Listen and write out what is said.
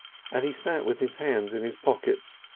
and he sat with his hands in his pockets,